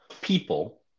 people